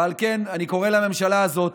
ועל כן אני קורא לממשלה הזאת